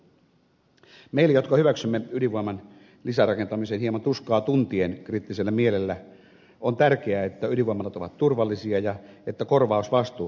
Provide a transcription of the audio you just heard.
meille jotka hyväksymme ydinvoiman lisärakentamisen hieman tuskaa tuntien kriittisellä mielellä on tärkeää että ydinvoimalat ovat turvallisia ja että korvausvastuut ovat selkeät